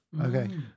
Okay